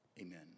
Amen